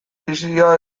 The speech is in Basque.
krisia